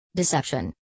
deception